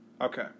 Okay